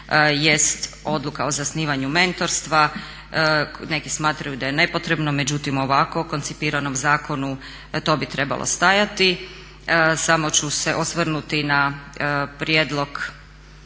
Odluka o zasnivanju mentorstva. Neki smatraju da je nepotrebno, međutim u ovako koncipiranom zakonu to bi trebalo stajati. Samo ću se osvrnuti na prijedlog